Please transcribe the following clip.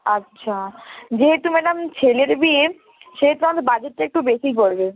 আচ্ছা যেহেতু ম্যাডাম ছেলের বিয়ে সেহেতু আমাদের বাজেটটা একটু বেশিই পড়বে